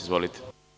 Izvolite.